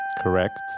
Correct